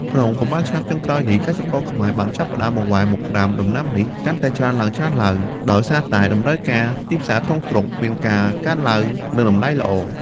ក្នុងប៉ុន្មានឆ្នាំចុងក្រោយនេះ កសិករខ្មែរបានចាប់ផ្ដើមបង្វែរមកដាំដំណាំនេះកាន់តែច្រើនឡើងៗ ដោយសារតែតម្រូវការទីផ្សារក្នុងស្រុកមានការកើនឡើង និងតម្លៃល្អ។